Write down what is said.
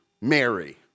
Mary